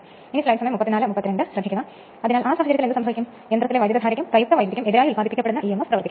winding സ്ലോട്ടുകളിൽ ഏകതാനമായി വിതരണം ചെയ്യുന്നു സാധാരണയായി ഇത് തുടക്കത്തിൽ ബന്ധിപ്പിച്ചിരിക്കുന്നു